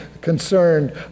concerned